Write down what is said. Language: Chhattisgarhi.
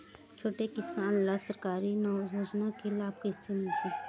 छोटे किसान ला सरकारी योजना के लाभ कइसे मिलही?